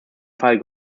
fall